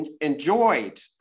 enjoyed